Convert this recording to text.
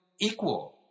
equal